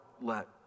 let